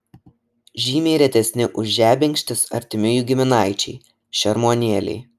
žymiai retesni už žebenkštis artimi jų giminaičiai šermuonėliai